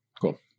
cool